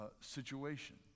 situation